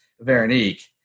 Veronique